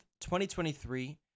2023